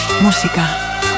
música